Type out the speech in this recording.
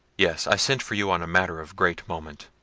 yes, i sent for you on a matter of great moment,